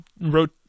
wrote